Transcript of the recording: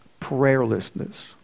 prayerlessness